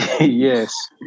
Yes